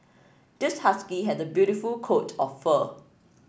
this husky has a beautiful coat of fur